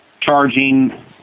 charging